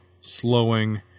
slowing